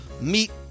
meet